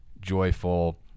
joyful